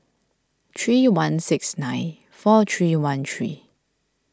three one six nine four three one three